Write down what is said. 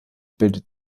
bildet